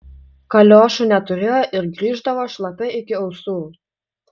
kaliošų neturėjo ir grįždavo šlapia iki ausų